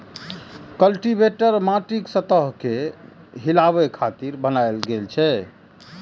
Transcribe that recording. cultivator माटिक सतह कें हिलाबै खातिर बनाएल गेल छै